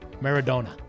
Maradona